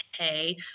okay